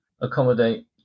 accommodate